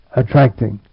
attracting